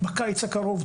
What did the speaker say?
בקיץ הקרוב,